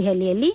ದೆಸಲಿಯಲ್ಲಿ